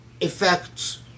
effects